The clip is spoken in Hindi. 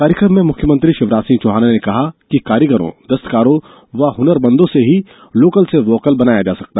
कार्यक्रम में मुख्यमंत्री शिवराज सिंह चौहान ने कहा है कि बिना कारीगरों दस्तकारों व हुनरमंदों के लोकल से वोकल नहीं बना जा सकता